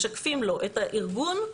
משקפים לו את הארגון,